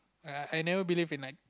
I never believe in like